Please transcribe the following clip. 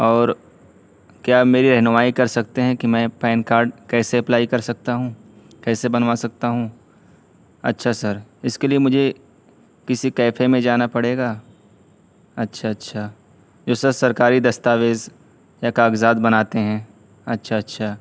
اور کیا میری رہنمائی کر سکتے ہیں کہ میں پین کاڈ کیسے اپلائی کر سکتا ہوں کیسے بنوا سکتا ہوں اچھا سر اس کے لیے مجھے کسی کیفے میں جانا پڑے گا اچھا اچھا جو سر سرکاری دستاویز یا کاغذات بناتے ہیں اچھا اچھا